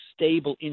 stable